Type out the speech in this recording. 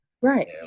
Right